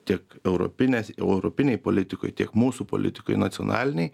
tiek europinės europinėj politikoj tiek mūsų politikai nacionaliniai